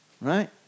Right